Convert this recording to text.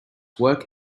work